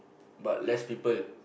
but less people